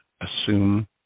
assume